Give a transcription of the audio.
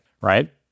right